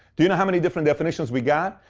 do you know how many different definitions we got?